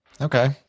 Okay